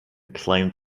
claimed